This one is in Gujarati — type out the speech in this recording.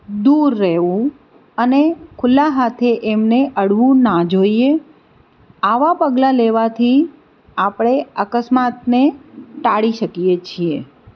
દૂર રહેવું અને ખુલ્લા હાથે એમને અડવું ના જોઈએ આવા પગલાં લેવાથી આપણે અકસ્માતને ટાળી શકીએ છીએ